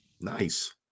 Nice